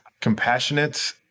compassionate